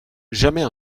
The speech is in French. jamais